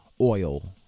oil